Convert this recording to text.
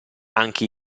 anche